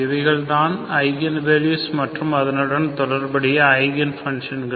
இவைகள் தான் icon value மற்றும் அதனுடன் தொடர்புடைய ஐகன் பண்ஷன்கள்